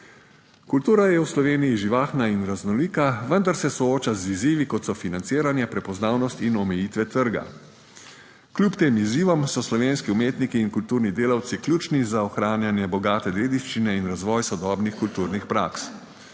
Kultura je v Sloveniji živahna in raznolika, vendar se sooča z izzivi, kot so financiranje, prepoznavnost in omejitve trga. Kljub tem izzivom so slovenski umetniki in kulturni delavci ključni za ohranjanje bogate dediščine in razvoj sodobnih kulturnih praks.